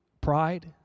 pride